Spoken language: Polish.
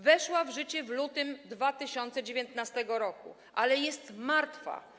Weszła w życie w lutym 2019 r., ale jest martwa.